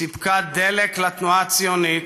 סיפקה דלק לתנועה הציונית